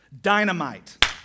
dynamite